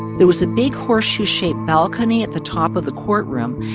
there was a big horseshoe-shaped balcony at the top of the courtroom,